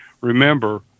remember